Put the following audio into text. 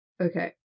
Okay